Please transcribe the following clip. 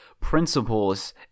principles